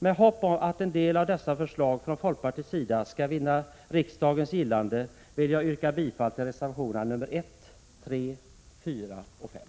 Med hopp om att en del av dessa förslag från folkpartiets sida skall vinna riksdagens gillande vill jag yrka bifall till reservationerna 1, 3,4 och 5.